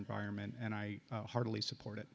environment and i heartily support it